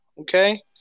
Okay